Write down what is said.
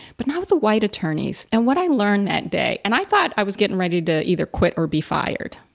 but now with the white attorneys and what i learned that day, and i thought i was getting ready to either quit or be fired,